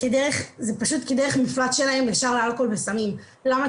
זו פשוט דרך מפלט שלהם ישר לאלכוהול וסמים, למה?